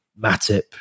Matip